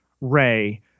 Ray